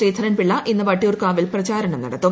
ശ്രീധർൻപിള്ള ഇന്ന് വട്ടിയൂർക്കാവിൽ പ്രചാരണം നടത്തും